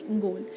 goal